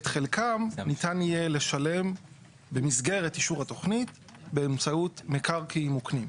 את חלקם ניתן יהיה לשלם במסגרת אישור התוכנית באמצעות מקרקעין מוקנים.